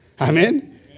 Amen